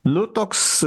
nu toks